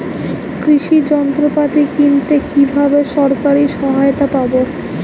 কৃষি যন্ত্রপাতি কিনতে কিভাবে সরকারী সহায়তা পাব?